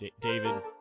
david